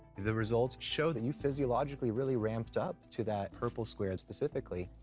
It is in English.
the results show that you physiologically really ramped up to that purple square, specifically.